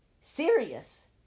serious